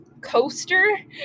coaster